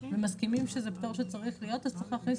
ומסכימים שזה פטור שצריך להיות אז צריך להכניס